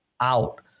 out